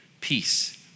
peace